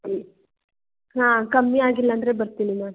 ಹ್ಞೂ ಹಾಂ ಕಮ್ಮಿ ಆಗಿಲ್ಲ ಅಂದರೆ ಬರ್ತೀನಿ ಮ್ಯಾಮ್